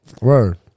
Word